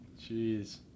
jeez